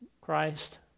Christ